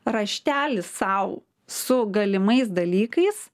raštelis sau su galimais dalykais